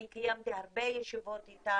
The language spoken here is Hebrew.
אני קיימתי הרבה ישיבות איתן,